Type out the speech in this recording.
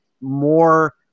more